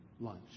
lunch